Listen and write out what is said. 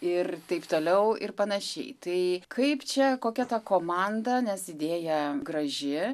ir taip toliau ir panašiai tai kaip čia kokia ta komanda nes idėja graži